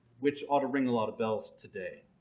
which ought to bring a lot of bells today.